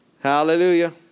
Hallelujah